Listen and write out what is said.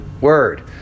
word